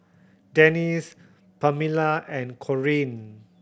Denis Permelia and Corean